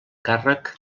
càrrec